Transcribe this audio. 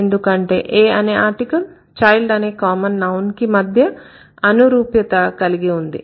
ఎందుకంటే a అనే article child అనే కామన్ నౌన్ కి అనురూప్యత కలిగి ఉంది